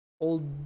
old